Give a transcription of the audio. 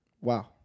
wow